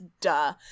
Duh